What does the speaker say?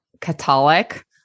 Catholic